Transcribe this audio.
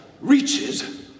reaches